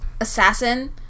assassin